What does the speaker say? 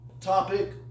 topic